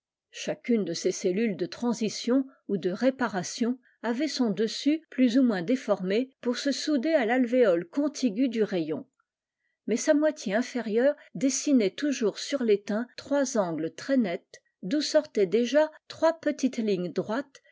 chacune de ces cellules de transition ou de réparation avait son dessus plus ou moins déformé pour se souder à falvéole contigu du rayon mais sa moitié inférieure dessinait toujours sur tétain trois angles très nets d'où sortaient déjà trois petites lignes droites